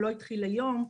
הוא לא התחיל היום.